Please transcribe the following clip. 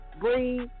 breathe